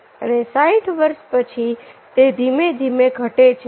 અને 60 વર્ષ પછી તે ધીમે ધીમે ઘટે છે